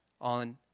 on